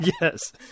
Yes